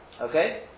Okay